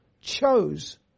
chose